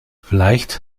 vielleicht